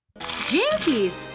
Jinkies